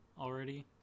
already